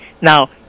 now